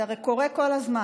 זה הרי קורה כל הזמן.